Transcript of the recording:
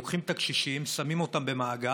לוקחים את הקשישים, שמים אותם במעגל